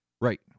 right